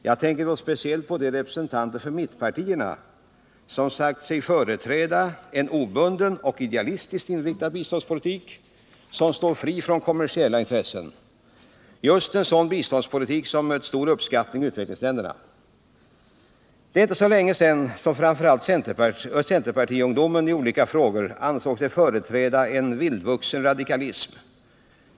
Jag tänker då speciellt på de representanter för mittpartierna som sagt sig företräda en obunden och idealistiskt inriktad biståndspolitik, som står fri från kommersiella intressen — just en sådan biståndspolitik som mött stor uppskattning i utvecklingsländerna. Det är inte så länge sedan som framför allt centerpartiungdomarna i olika frågor ansågs företräda en vildvuxen radikalism.